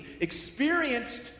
experienced